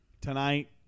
tonight